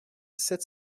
sept